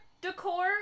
decor